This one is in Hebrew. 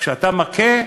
כשאתה מכה,